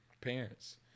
Parents